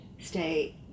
stay